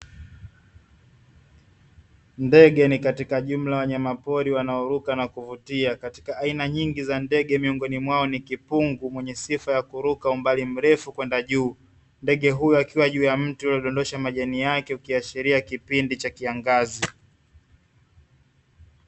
Ndege ni katika jumla ya wanyamapori wanaoruka na kuvutia, katika aina nyingi za ndege miungoni mwao ni kipungu mwenye sifa ya kuruka umbali mrefu kwenda juu, ndege huyu akiwa juu ya mti uliodondosha majani yake ukiashiria kipindi cha kiangazi.